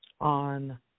on